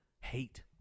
hate